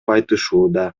айтышууда